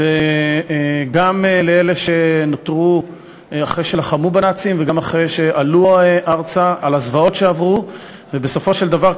שאגב הציעה הצעה דומה משלה ובסוף הצטרפה להצעה זו,